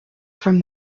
from